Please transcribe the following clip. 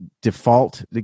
default